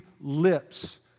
lips